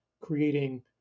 creating